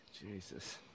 Jesus